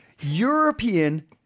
European